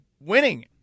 winning